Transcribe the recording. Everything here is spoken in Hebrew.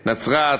נצרת,